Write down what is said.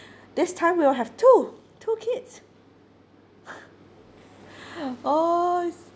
this time we'll have two two kids oh